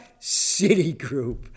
Citigroup